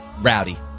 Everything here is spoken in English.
rowdy